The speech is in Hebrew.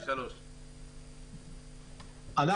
דרור יתים, בבקשה.